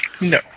No